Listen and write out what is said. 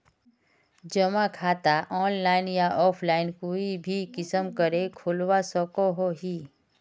जमा खाता ऑनलाइन या ऑफलाइन कोई भी किसम करे खोलवा सकोहो ही?